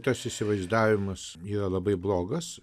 tas įsivaizdavimas yra labai blogas